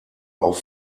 auf